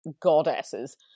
goddesses